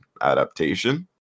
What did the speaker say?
adaptation